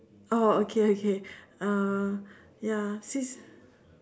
oh okay okay uh ya this